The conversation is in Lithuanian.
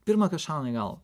pirma kas šauna į galvą